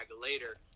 later